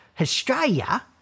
Australia